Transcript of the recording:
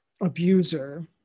abuser